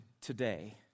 today